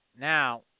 Now